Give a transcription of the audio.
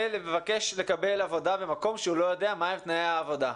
ומבקש לקבל עבודה במקום שבו הוא לא יודע מה הם תנאי העבודה.